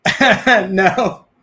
No